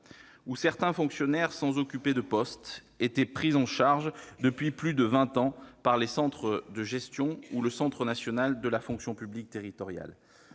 : certains fonctionnaires, sans occuper de poste, étaient pris en charge depuis plus de vingt ans par les centres de gestion ou le Centre national de la fonction publique territoriale.